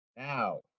Now